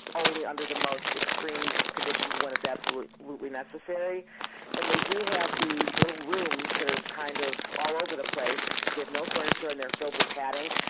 only under the most extreme conditions when it's absolutely necessary. and they do have these little rooms that are kind of all over the place, there's no furniture and they are filled with padding,